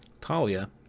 Talia